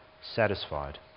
satisfied